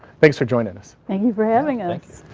thanks for joining us. thank you for having and